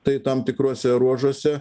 tai tam tikruose ruožuose